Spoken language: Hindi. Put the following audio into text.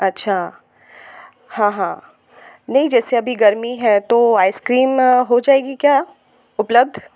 अच्छा हाँ हाँ नहीं जैसे अभी गर्मी है तो आइसक्रीम हो जाएगी क्या उपलब्ध